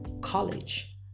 college